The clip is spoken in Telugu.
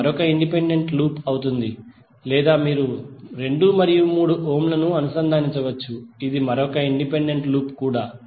అది మరొక ఇండిపెండెంట్ లూప్ అవుతుంది లేదా మీరు రెండు మరియు మూడు ఓం లను అనుసంధానించవచ్చు అది మరొక ఇండిపెండెంట్ లూప్ కూడా